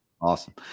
awesome